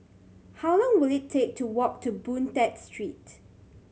how long will it take to walk to Boon Tat Street